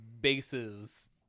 bases